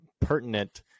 pertinent